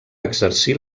exercir